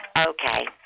okay